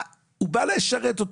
הוא בא לשרת אותו,